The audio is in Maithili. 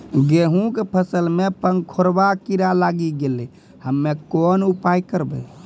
गेहूँ के फसल मे पंखोरवा कीड़ा लागी गैलै हम्मे कोन उपाय करबै?